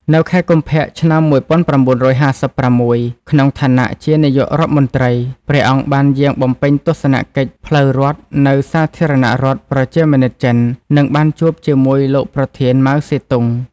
នៅខែកុម្ភៈ ឆ្នាំ១៩៥៦ ក្នុងឋានៈជានាយករដ្ឋមន្ត្រី ព្រះអង្គបានយាងបំពេញទស្សនកិច្ចផ្លូវរដ្ឋនៅសាធារណរដ្ឋប្រជាមានិតចិន និងបានជួបជាមួយលោកប្រធាន ម៉ៅ សេទុង។